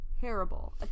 Terrible